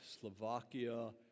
Slovakia